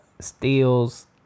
steals